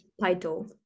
title